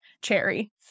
cherry